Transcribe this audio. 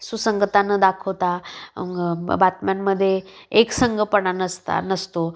सुसंगता न दाखवता बातम्यांमध्ये एक संंघपणा नसता नसतो